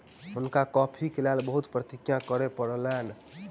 हुनका कॉफ़ीक लेल बहुत प्रतीक्षा करअ पड़लैन